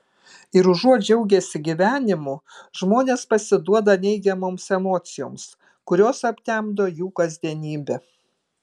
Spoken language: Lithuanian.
ir užuot džiaugęsi gyvenimu žmonės pasiduoda neigiamoms emocijoms kurios aptemdo jų kasdienybę